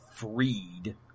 freed